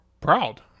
proud